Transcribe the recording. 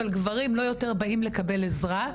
אבל גברים לא יותר באים לקבל עזרה,